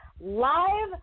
live